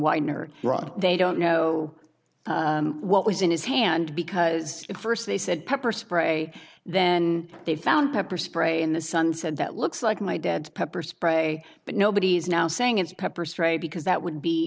wiener rod they don't know what was in his hand because at first they said pepper spray then they found pepper spray in the sun said that looks like my dad's pepper spray but nobody's now saying it's pepper spray because that would be